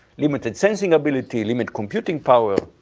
limited sensing ability, limited computing power.